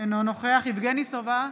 אינו נוכח יבגני סובה,